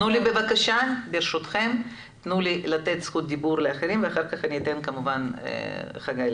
תנו לי בבקשה לתת זכות דיבור לאחרים ואחר כך אני אתן לך חגי,